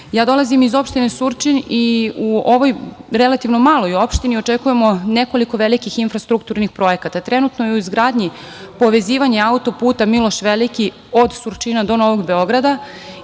dolazim iz opštine Surčin i u ovoj relativno maloj opštini očekujemo nekoliko velikih infrastrukturnih projekata. Trenutno je u izgradnji povezivanje autoputa „Miloš Veliki“ od Surčina do Novog Beograda